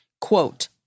quote